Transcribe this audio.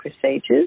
procedures